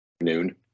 noon